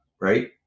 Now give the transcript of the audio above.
right